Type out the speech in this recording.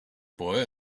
boy